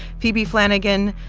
phoebe flanigan,